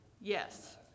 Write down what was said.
Yes